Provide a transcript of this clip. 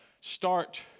start